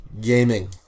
gaming